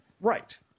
Right